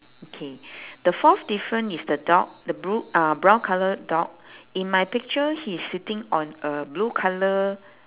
okay the fourth different is the dog the blue uh brown colour dog in my picture he is sitting on a blue colour